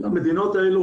למדינות האלה,